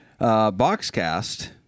Boxcast